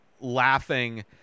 laughing